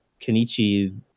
Kenichi